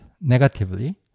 negatively